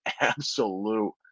absolute